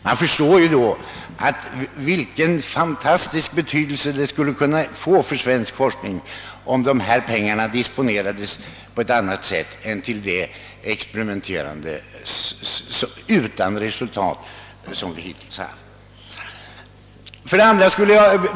Man förstår då vilken fantastisk betydelse det skulle få för svensk forskning om dessa pengar disponerades på annat sätt än för detta mångåriga experimenterande inom ett bolag.